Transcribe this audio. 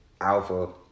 alpha